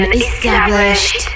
established